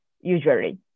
usually